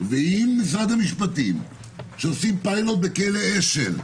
ועם משרד המשפטים שעושים פילוט בכלא אשל,